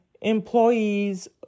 employees